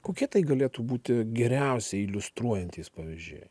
kokie tai galėtų būti geriausiai iliustruojantys pavyzdžiai